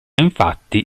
infatti